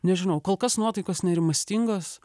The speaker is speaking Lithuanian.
nežinau kol kas nuotaikos nerimastingos